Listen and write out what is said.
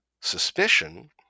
suspicion